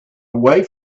away